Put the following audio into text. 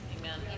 Amen